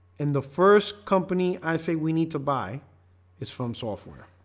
and the first company i say we need to buy is from software.